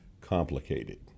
complicated